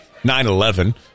9-11